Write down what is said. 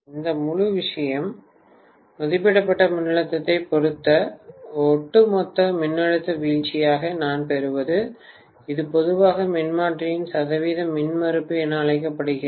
எனவே இந்த முழு விஷயம் மதிப்பிடப்பட்ட மின்னழுத்தத்தைப் பொறுத்து ஒட்டுமொத்த மின்னழுத்த வீழ்ச்சியாக நான் பெறுவது இது பொதுவாக மின்மாற்றியின் சதவீத மின்மறுப்பு என அழைக்கப்படுகிறது